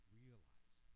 realize